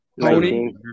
Tony